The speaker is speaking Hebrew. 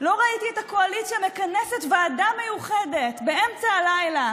לא ראיתי את הקואליציה מכנסת ועדה מיוחדת באמצע הלילה